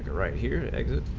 ah right here at